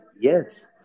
yes